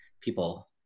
people